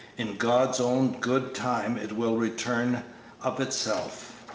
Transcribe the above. in god's own good time it will return of itself.